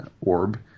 orb